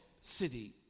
city